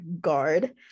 guard